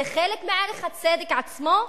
זה חלק מערך הצדק עצמו,